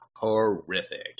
Horrific